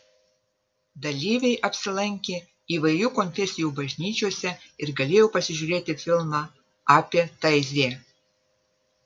dalyviai apsilankė įvairių konfesijų bažnyčiose ir galėjo pasižiūrėti filmą apie taizė